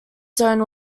zone